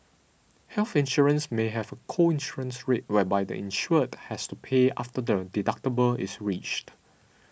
health insurance may have a co insurance rate whereby the insured has to pay after the deductible is reached